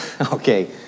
Okay